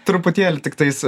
truputėlį tiktais